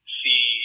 see